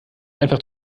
einfach